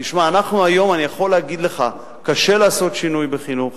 תשמע, אני יכול להגיד לך, קשה לעשות שינוי בחינוך